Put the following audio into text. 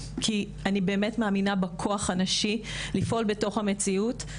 כי אני מאמינה בכוח הנשי לפעול בתוך המציאות.